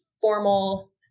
formal